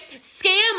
Scam